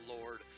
Lord